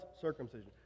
circumcision